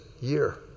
year